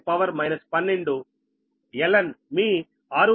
ln మీ 6